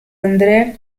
andré